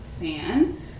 fan